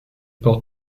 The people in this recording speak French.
porte